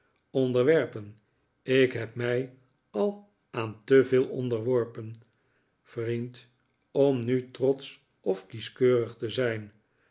onderwerpen ik heb mij al aan te veel onderworpen vriend om nu trotsch of kieskeurig te zijn